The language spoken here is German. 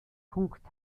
punkt